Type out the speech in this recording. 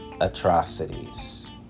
atrocities